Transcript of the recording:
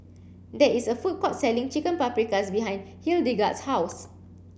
there is a food court selling Chicken Paprikas behind Hildegard's house